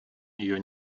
нее